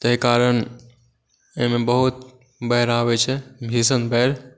ताहि कारण एहिमे बहुत बाढ़ि आबै छै भीषण बाढ़ि